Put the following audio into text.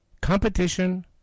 Competition